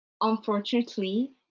Unfortunately